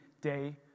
day